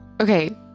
Okay